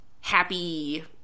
happy